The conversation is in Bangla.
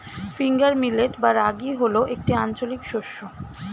ফিঙ্গার মিলেট বা রাগী হল একটি আঞ্চলিক শস্য